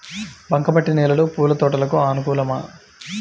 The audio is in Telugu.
బంక మట్టి నేలలో పూల తోటలకు అనుకూలమా?